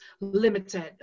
limited